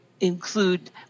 include